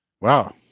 Wow